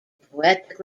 poetic